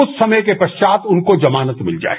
कुछ समय के पश्चात उनको जमानत मिल जाए